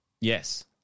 Yes